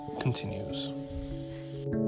continues